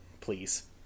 Please